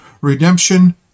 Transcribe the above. Redemption